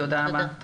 תודה רבה.